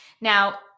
Now